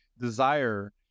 desire